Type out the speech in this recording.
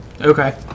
Okay